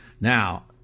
Now